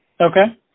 Okay